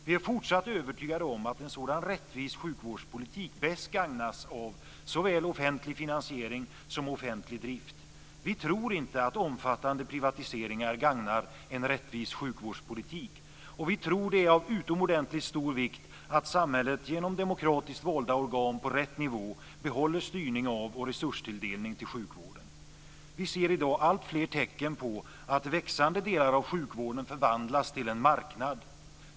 Vi är fortsatt övertygade om att en sådan rättvis sjukvårdspolitik bäst gagnas av såväl offentlig finansiering som offentlig drift. Vi tror inte att omfattande privatiseringar gagnar en rättvis sjukvårdspolitik, och vi tror att det är av utomordentligt stor vikt att samhället genom demokratiskt valda organ på rätt nivå behåller styrning av och resurstilldelning till sjukvården. Vi ser i dag alltfler tecken på att växande delar av sjukvården förvandlas till en marknad.